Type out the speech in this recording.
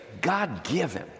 God-given